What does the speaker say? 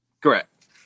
Correct